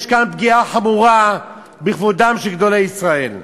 יש כאן פגיעה חמורה בכבודם של גדולי ישראל.